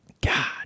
God